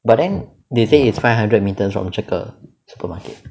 but then they say it's five hundred metres from 这个 supermarket